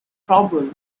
problem